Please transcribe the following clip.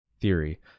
theory